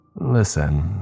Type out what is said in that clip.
Listen